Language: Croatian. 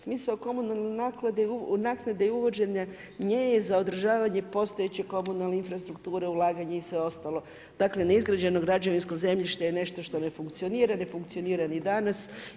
Smisao komunalne naknade i uvođenje nje je za održavanje postojeće komunalne infrastrukture, ulaganje i sve ostalo, dakle neizgrađeno građevinsko zemljište je nešto što ne funkcionira, ne funkcionira ni danas.